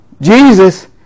Jesus